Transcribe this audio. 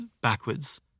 backwards